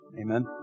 Amen